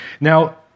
Now